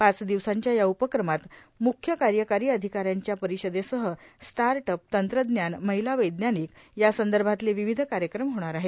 पाच दिवसांच्या या उपक्रमात मुख्य कार्यकारी अधिकाऱ्यांच्या परिषदेसह स्टार्ट अप तंत्रज्ञान महिला वैज्ञानिक यासंदर्भातले विविध कार्यक्रम होणार आहेत